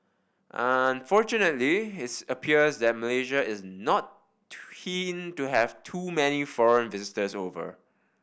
unfortunately its appears that Malaysia is not keen to have too many foreign visitors over